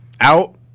out